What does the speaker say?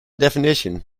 definition